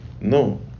No